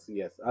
yes